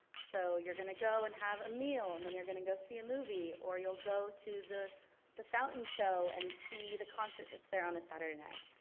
so you're gonna go and have a meal, and then you're gonna go see a movie, or you'll go to the the fountain show and see the concert that's there on a saturday night.